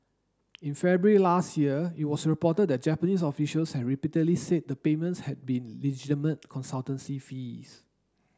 in February last year it was reported that Japanese officials had repeatedly said the payments had been legitimate consultancy fees